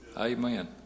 Amen